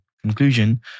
Conclusion